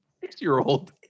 six-year-old